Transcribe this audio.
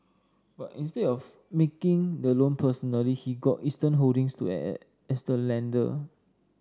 but instead of making the loan personally he got Eastern Holdings to act as the lender